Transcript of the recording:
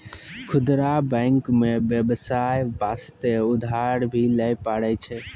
खुदरा बैंक मे बेबसाय बास्ते उधर भी लै पारै छै